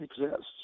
exists